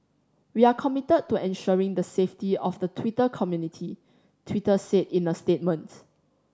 we are committed to ensuring the safety of the Twitter community Twitter said in a statement